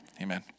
amen